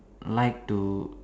like to